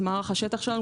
זה מערך השטח שלנו,